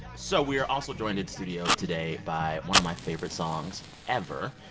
so we are also joined in studio today by one of my favorite songs ever.